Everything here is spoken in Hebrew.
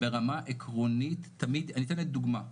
ברמה עקרונית תמיד, אני אתן לכם דוגמה.